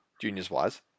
juniors-wise